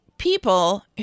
People